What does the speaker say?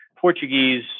Portuguese